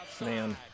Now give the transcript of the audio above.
Man